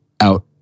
out